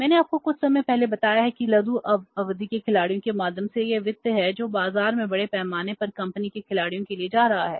मैंने आपको कुछ समय पहले बताया है कि यह लघु अवधि के खिलाड़ियों के माध्यम से यह वित्त है जो बाजार में बड़े पैमाने पर कंपनी के खिलाड़ियों के लिए जा रहा है